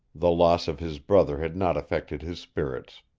the loss of his brother had not affected his spirits.